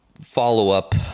follow-up